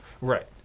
Right